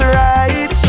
right